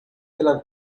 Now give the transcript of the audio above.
pela